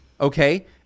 Okay